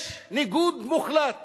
יש ניגוד מוחלט